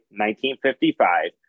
1955